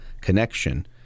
connection